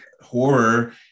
horror